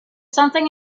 something